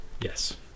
yes